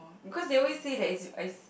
because they always say that it's it's